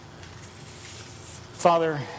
Father